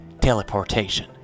teleportation